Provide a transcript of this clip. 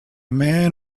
man